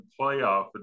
playoff